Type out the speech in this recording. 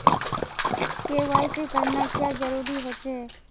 KYC करना क्याँ जरुरी होचे?